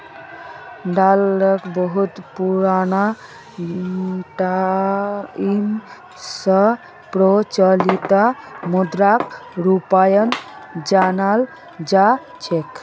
डालरक बहुत पुराना टाइम स प्रचलित मुद्राक रूपत जानाल जा छेक